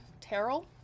Terrell